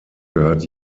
gehört